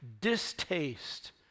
distaste